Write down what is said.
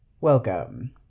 Welcome